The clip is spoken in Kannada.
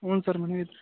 ಹ್ಞೂ ಸರ್ ಮನೆಲಿದ್ವಿ